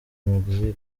mexique